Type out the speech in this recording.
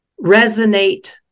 resonate